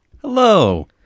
Hello